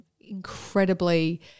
incredibly